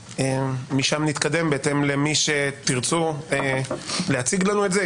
משם נתקדם בהתאם למי שירצו להציג לנו את זה.